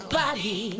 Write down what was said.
body